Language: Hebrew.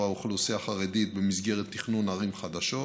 האוכלוסייה החרדית במסגרת תכנון ערים חדשות,